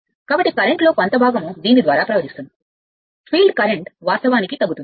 కాబట్టి కరెంట్లో కొంత భాగం దీని ద్వారా ప్రవహిస్తుంది ఫీల్డ్ కరెంట్ వాస్తవానికి తగ్గుతుంది